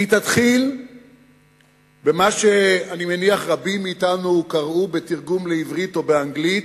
היא תתחיל במה שאני מניח רבים מאתנו קראו בתרגום לעברית או באנגלית: